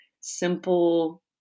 simple